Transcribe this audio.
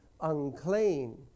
unclean